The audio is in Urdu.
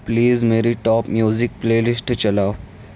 پلیز میری ٹاپ میوزک پلے لسٹ چلاؤ